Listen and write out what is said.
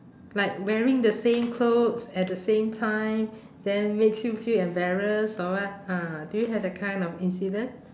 like wearing the same clothes at the same time then makes you feel embarrassed or what ah do you have that kind of incident